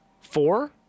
Four